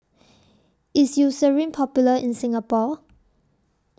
IS Eucerin Popular in Singapore